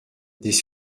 des